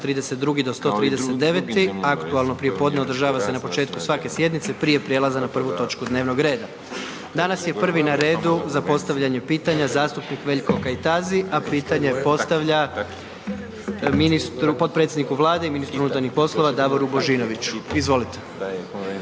132. do 139., aktualno prijepodne održava se na početku svake sjednice prije prijelaza na prvu točku dnevnog reda. Danas je na prvi na redu za postavljanje pitanja zastupnik Veljko Kajtazi, a pitanje postavlja ministru, potpredsjedniku Vlade i ministru unutarnjih poslova Davoru Božinoviću, izvolite.